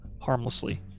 harmlessly